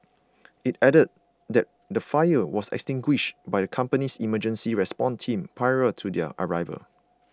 it added that the fire was extinguished by the company's emergency response team prior to their arrival